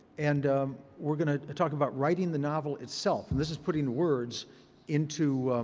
and we're going to talk about writing the novel itself. and this is putting words into,